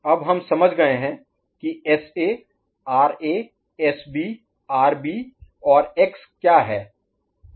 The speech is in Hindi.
अब हम समझ गए हैं कि SA RA SB RB और X क्या हैं वे लॉजिकली कैसे जुड़े हैं